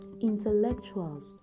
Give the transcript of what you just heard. Intellectuals